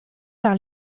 par